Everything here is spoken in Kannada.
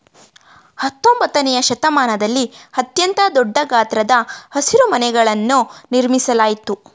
ಹತ್ತೊಂಬತ್ತನೆಯ ಶತಮಾನದಲ್ಲಿ ಅತ್ಯಂತ ದೊಡ್ಡ ಗಾತ್ರದ ಹಸಿರುಮನೆಗಳನ್ನು ನಿರ್ಮಿಸಲಾಯ್ತು